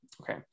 okay